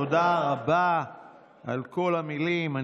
תודה רבה על כל המילים.